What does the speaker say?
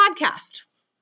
podcast